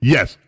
Yes